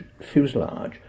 fuselage